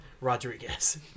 Rodriguez